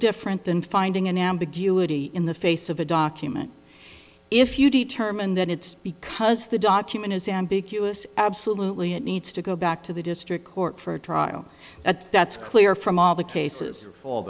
different than finding an ambiguity in the face of a document if you determine that it's because the document is ambiguous absolutely it needs to go back to the district court for a trial that that's clear from all the cases